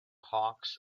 hawks